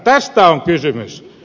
tästä on kysymys